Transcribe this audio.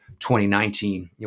2019